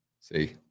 see